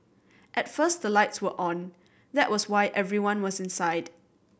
at first the lights were on that was why everyone was inside